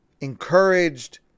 encouraged